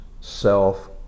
self